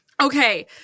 Okay